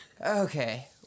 Okay